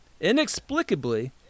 inexplicably